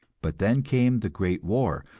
but then came the great war,